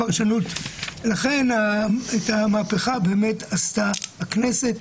לכן, את המהפכה באמת עשתה הכנסת,